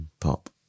Pop